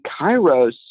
Kairos